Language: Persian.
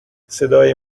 صدای